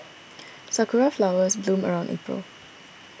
sakura flowers bloom around April